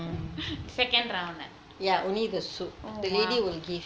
second round ah oh !wow!